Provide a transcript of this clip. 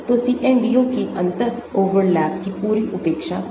तो CNDO कि अंतर ओवरलैप की पूरी उपेक्षा है